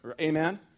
Amen